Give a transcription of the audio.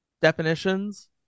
definitions